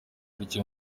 yakuriye